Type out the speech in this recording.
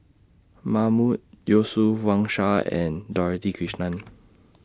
Mahmood Yusof Wang Sha and Dorothy Krishnan